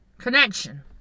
Connection